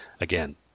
again –